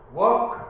work